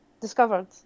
discovered